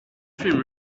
film